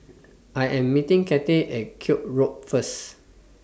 I Am meeting Cathey At Koek Road First